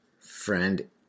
Friend